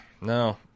no